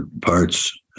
parts